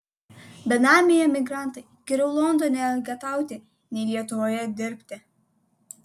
benamiai emigrantai geriau londone elgetauti nei lietuvoje dirbti